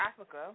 Africa